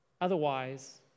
otherwise